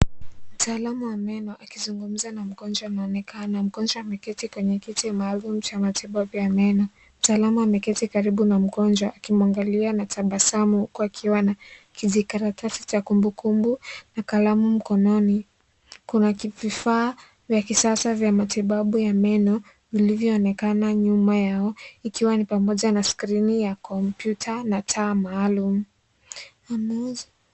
Mtaalamu wa meno akizungumza na mgonjwa anaonekana mgonjwa ameketi kwenye kiti maalum cha matibabu ya meno . Mtaalamu ameketi karibu na mgonjwa akimwangalia na tabasamu huku akiwa na kijikaratasi cha kumbukumbu na kalamu mkononi . Kuna vifaa vya kisasa vya matibabu ya meno vilivyoonekana nyuma yao ikiwa ni pamoja na skirini ya kompyuta na taa maalum.